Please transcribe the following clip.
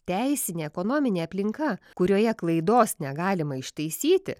teisinė ekonominė aplinka kurioje klaidos negalima ištaisyti